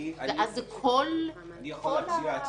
ואז זה כל הרוצחים.